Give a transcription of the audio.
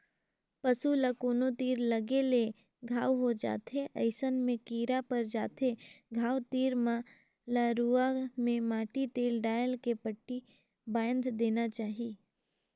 पसू ल कोनो तीर लगे ले घांव हो जाथे अइसन में कीरा पर जाथे घाव तीर म त रुआ में माटी तेल डायल के पट्टी बायन्ध देना चाही